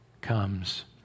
comes